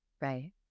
Right